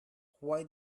why